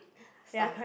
stuff